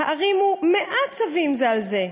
/ הערימו מאה צבים זה על זה.'